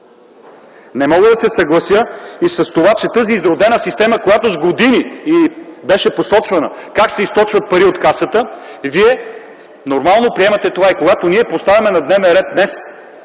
Не мога да се съглася и с това, че тази изродена система, която с години беше посочвана – как се източват пари от Касата, вие нормално приемате това. И когато ние поставяме на дневен ред днес